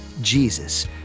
Jesus